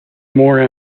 more